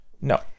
No